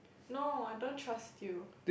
no I don't trust you